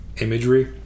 imagery